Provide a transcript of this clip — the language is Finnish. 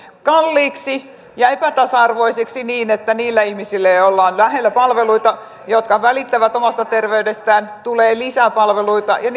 kalliiksi ja epätasa arvoiseksi niin että niille ihmisille joilla on lähellä palveluita ja jotka välittävät omasta terveydestään tulee lisää palveluita ja